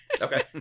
okay